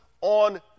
on